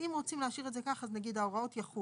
אם אנחנו רוצים להשאיר את זה ככה אז נגיד "ההוראות יחולו",